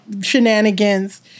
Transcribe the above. shenanigans